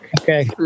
okay